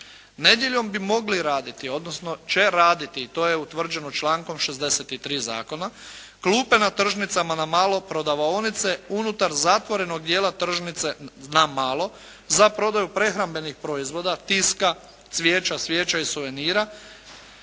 Nedjeljom bi mogli raditi odnosno će raditi i to je utvrđeno člankom 63. zakona klupe na tržnicama na malo, prodavaonice unutar zatvorenog dijela tržnice na malo za prodaju prehrambenih proizvoda, tiska, cvijeća, svijeća i suvenira,